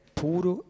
puro